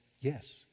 yes